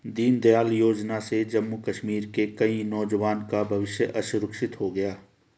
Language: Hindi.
दीनदयाल योजना से जम्मू कश्मीर के कई नौजवान का भविष्य सुरक्षित हो गया